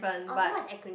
orh so what is acronym